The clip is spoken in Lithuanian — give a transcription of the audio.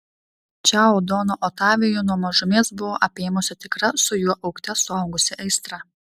čiau doną otavijų nuo mažumės buvo apėmusi tikra su juo augte suaugusi aistra